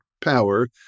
power